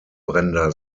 brenda